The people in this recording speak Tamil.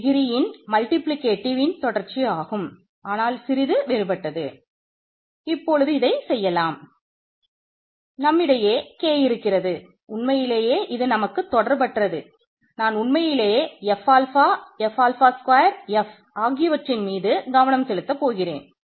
டிகிரி F ஆகியவற்றின் மீது கவனம் செலுத்தப் போகிறோம்